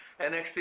NXT